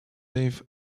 dave